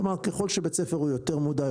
כלומר ככל שבית ספר הוא יותר מודע,